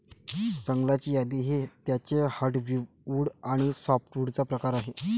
जंगलाची यादी ही त्याचे हर्टवुड आणि सॅपवुडचा प्रकार आहे